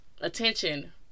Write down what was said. attention